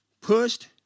Pushed